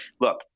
look